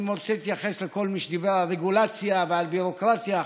אני רוצה להתייחס לכל מי שדיבר על רגולציה ועל ביורוקרטיה.